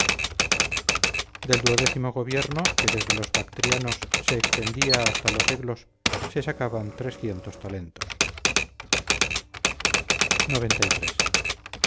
del duodécimo gobierno que desde los bactrianos se extendía hasta los eglos se sacaban talentos xciii